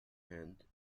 hand